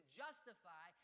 justify